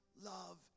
love